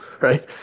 Right